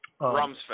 Rumsfeld